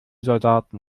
soldaten